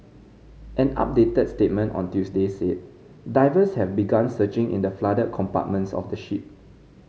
an updated statement on Tuesday said divers have begun searching in the flooded compartments of the ship